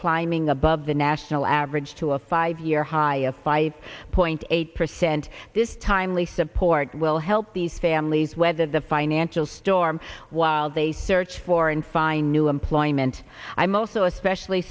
climbing above the national average to a five year high a five point eight percent this timely support will help these families whether the financial storm while they search for and find new employment i'm also especially